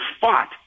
fought